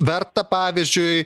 verta pavyzdžiui